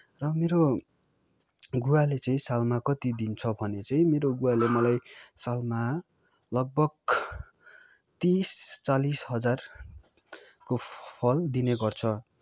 र मेरो गुवाले चाहिँ सालमा कति दिन्छ भने चाहिँ मेरो गुवाले मलाई सालमा लगभग तिस चालिस हजारको फल दिने गर्छ